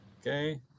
Okay